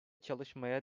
çalışmaya